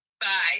Bye